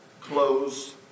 close